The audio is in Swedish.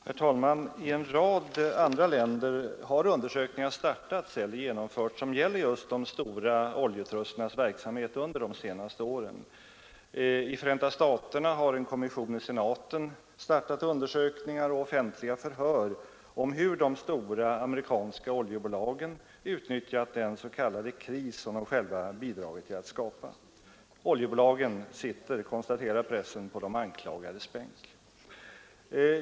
Herr talman! I en rad andra länder har undersökningar startats eller genomförts som gäller just de stora oljetrusternas verksamhet under de senaste åren. I Förenta staterna har en kommission i senaten igångsatt undersökningar och offentliga förhör om hur de stora amerikanska oljebolagen utnyttjat den s.k. kris som de själva bidragit till att skapa. Oljebolagen sitter, konstaterar pressen, på de anklagades bänk.